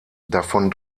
davon